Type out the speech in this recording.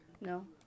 No